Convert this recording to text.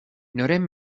noren